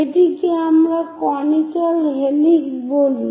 এটিকে আমরা conical helix বলি